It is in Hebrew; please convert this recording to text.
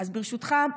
ברשותך,